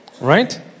Right